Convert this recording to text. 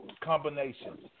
combinations